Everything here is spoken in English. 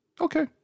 Okay